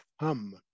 hum